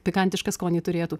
pikantišką skonį turėtų